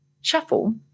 shuffle